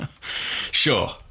Sure